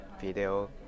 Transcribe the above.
video